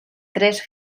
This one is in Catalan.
tres